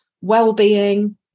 well-being